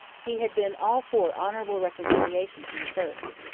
he had been all for honourable reconciliation from the first.